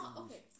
okay